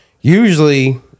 usually –